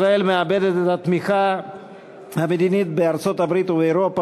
ישראל מאבדת את התמיכה המדינית בארצות-הברית ובאירופה,